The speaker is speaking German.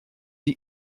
die